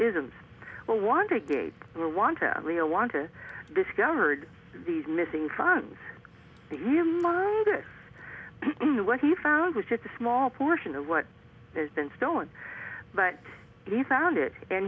to discovered these missing funds what he found was just a small portion of what has been stolen but he found it and